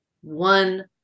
one